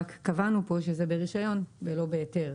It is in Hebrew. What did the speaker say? רק קבענו פה שזה ברישיון ולא בהיתר.